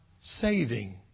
saving